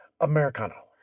Americano